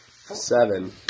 Seven